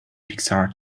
pixar